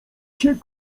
się